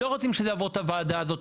לא רוצים שזה יעבור את הוועדה הזאת.